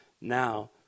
Now